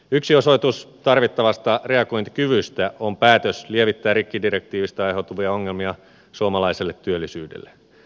yksi osoitus tarvittavasta reagointikyvystä on päätös lievittää rikkidirektiivistä aiheutuvia ongelmia suomalaiselle työllisyydelle